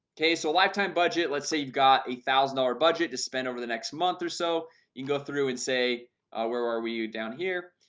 okay so a lifetime budget let's say you've got a thousand dollar budget to spend over the next month or so you can go through and say where are we you down here?